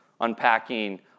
unpacking